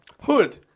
Hood